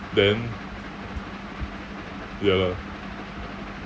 then ya lah